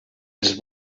els